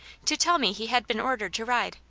to tell me he had been ordered to ride.